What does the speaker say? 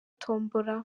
tombora